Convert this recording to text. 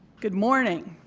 good morning.